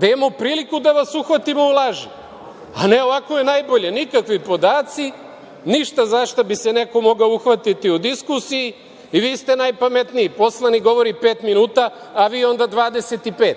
da imamo priliku da vas uhvatimo u laži. A ne ovako je najbolje, nikakvi podaci, ništa za šta bi se neko mogao uhvatiti u diskusiji i vi ste najpametniji. Poslanik govori pet minuta, a vi onda 25